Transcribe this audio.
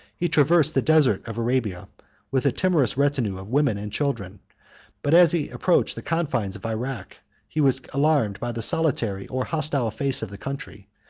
he traversed the desert of arabia with a timorous retinue of women and children but as he approached the confines of irak he was alarmed by the solitary or hostile face of the country,